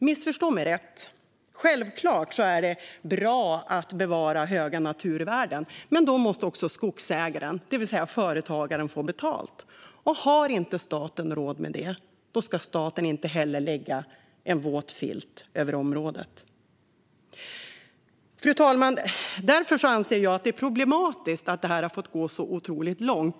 Missförstå mig rätt - självklart är det bra att bevara höga naturvärden, men då måste också skogsägaren, det vill säga företagaren, få betalt. Har inte staten råd med det ska staten inte heller lägga en våt filt över området. Fru talman! Jag anser därför att det är problematiskt att detta har fått gå så otroligt långt.